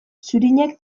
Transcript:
zurinek